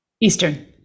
Eastern